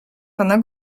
pana